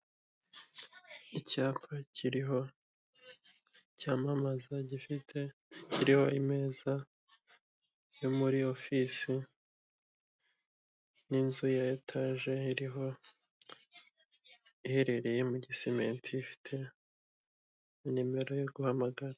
Icyapa kiriho cyamamaza gifite kiriho ameza yo muri ofisi n'inzu ya etaje iriho iherereye muri gisimenti ifite nimero yo guhamagara.